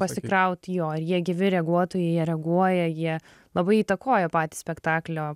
pasikraut jo ir jie gyvi reaguotojai jie reaguoja jie labai įtakoja patį spektaklio